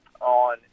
on